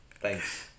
thanks